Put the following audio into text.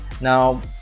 Now